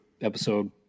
episode